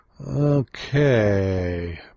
Okay